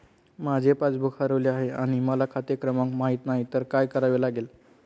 माझे पासबूक हरवले आहे आणि मला खाते क्रमांक माहित नाही तर काय करावे लागेल?